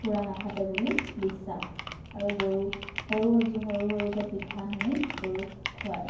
খোৰা নাফাটে বুলি বিশ্বাস আৰু গৰুক সৰু সযো সৰু সৰুকৈ পিঠা সানি গৰুক খোৱায়